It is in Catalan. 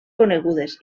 conegudes